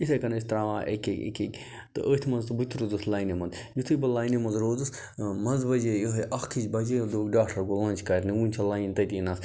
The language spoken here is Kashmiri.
یِتھَے کٔنۍ ٲسۍ ترٛاوان أکی أکۍ أکی أکۍ تہٕ أتھۍ منٛز تہٕ بہٕ تہِ روٗزُس لاینہِ منٛز یُتھُے بہٕ لاینہِ منٛز روٗدُس منٛزٕ بَجے یِہوٚے اَکھ ہِش بجے دوٚپُکھ ڈاکٹر گوٚو لنٛچ کرنہِ وٕنۍ چھِ لایِن تٔتی نَس